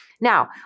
Now